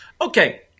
okay